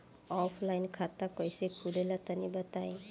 Offline खाता कइसे खुले ला तनि बताई?